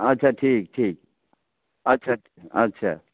अच्छा ठीक ठीक अच्छा अच्छा